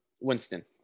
Winston